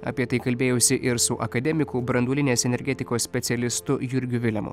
apie tai kalbėjausi ir su akademiku branduolinės energetikos specialistu jurgiu vilemu